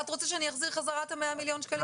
את רוצה שאני אחזיר חזרה את 100 מיליון השקלים האלה,